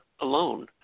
alone